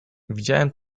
widziałem